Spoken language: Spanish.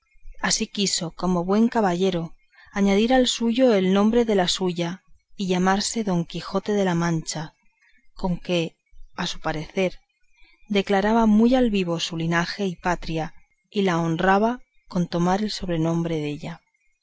así quiso como buen caballero añadir al suyo el nombre de la suya y llamarse don quijote de la mancha con que a su parecer declaraba muy al vivo su linaje y patria y la honraba con tomar el sobrenombre della